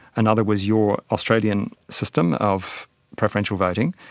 another was your australian system of preferential voting,